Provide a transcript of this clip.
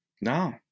No